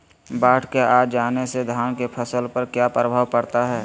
बाढ़ के आ जाने से धान की फसल पर किया प्रभाव पड़ता है?